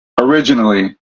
originally